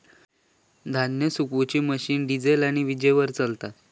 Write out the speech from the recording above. धान्य सुखवुची machine diesel आणि वीजेवर चलता